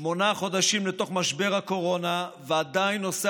שמונה חודשים לתוך משבר הקורונה ועדיין נושא